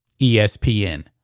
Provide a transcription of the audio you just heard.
ESPN